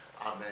amen